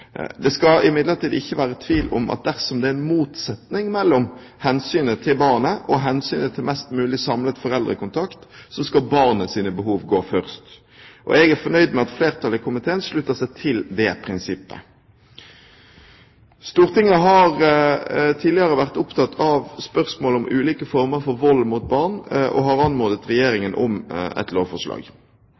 Det skal imidlertid ikke være tvil om at dersom det er en motsetning mellom hensynet til barnet og hensynet til mest mulig samlet foreldrekontakt, så skal barnets behov komme først. Jeg er fornøyd med at flertallet i komiteen slutter seg til det prinsippet. Stortinget har tidligere vært opptatt av spørsmålet om ulike former for vold mot barn, og har anmodet Regjeringen om et lovforslag.